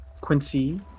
Quincy